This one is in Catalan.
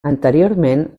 anteriorment